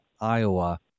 Iowa